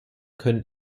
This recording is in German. können